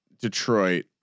Detroit